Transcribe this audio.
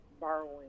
borrowing